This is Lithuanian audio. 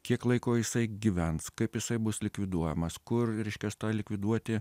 kiek laiko jisai gyvens kaip jisai bus likviduojamas kur reiškias tą likviduoti